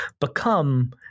become